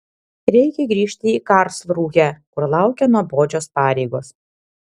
reikia grįžti į karlsrūhę kur laukia nuobodžios pareigos